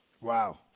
Wow